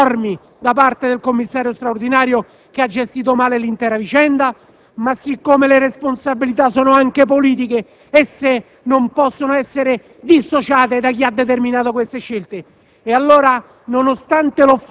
Vi sono responsabilità enormi da parte del commissario straordinario che ha gestito male l'intera vicenda, ma poiché le responsabilità sono anche politiche, esse non possono essere dissociate da chi ha determinato queste scelte.